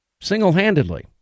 Single-handedly